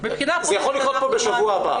זה יכול לקרות כבר בשבוע הבא.